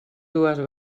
dues